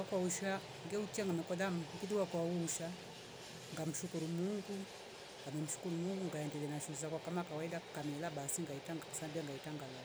Waka usha ngeucha ngamekolia mm ngilwa wakausha ngamshukuru mungu ngamemshuku mungu ngaendela shuuzako kama kawaida kamela basi ngaita ngakusambia ngaitga ngalala